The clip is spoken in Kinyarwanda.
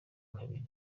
kabiri